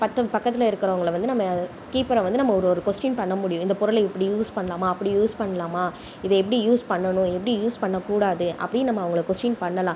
பத்தும் பக்கத்தில் இருக்குறவங்களை வந்து நம்ம கீப்பரை வந்து நம்ம ஒரு ஒரு கொஷ்டீன் பண்ண முடியும் இந்த பொருளை இப்படி யூஸ் பண்ணலாமா அப்படி யூஸ் பண்ணலாமா இதை எப்படி யூஸ் பண்ணணும் இத எப்படி யூஸ் பண்ணக்கூடாது அப்படி நம்ம அவங்களை கொஸ்டீன் பண்ணலாம்